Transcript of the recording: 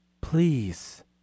Please